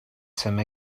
some